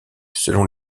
selon